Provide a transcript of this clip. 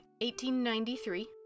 1893